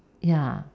ya